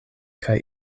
kaj